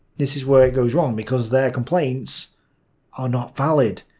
this is where it goes wrong, because their complaints are not valid.